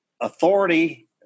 authority